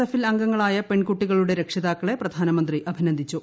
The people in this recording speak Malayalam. എഫിൽ അംഗങ്ങളായ പെൺകുട്ടികളുടെ രക്ഷിതാക്കളെ പ്രധാനമന്ത്രി അഭിനന്ദിച്ചു